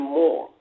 more